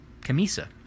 Camisa